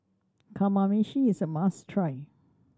Kamameshi is a must try